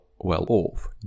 well-off